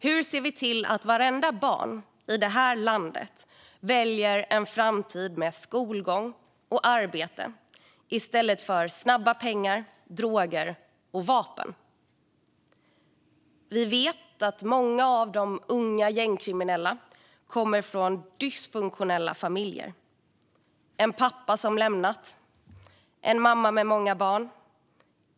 Hur ser vi till att vartenda barn i det här landet väljer en framtid med skolgång och arbete i stället för snabba pengar, droger och vapen? Vi vet att många av de unga gängkriminella kommer från dysfunktionella familjer. Det kan handla om en pappa som lämnat familjen eller en mamma med många barn.